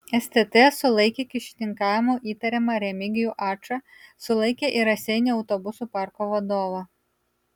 stt sulaikė kyšininkavimu įtariamą remigijų ačą sulaikė ir raseinių autobusų parko vadovą